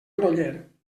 groller